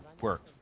work